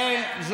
תודה רבה.